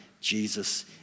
Jesus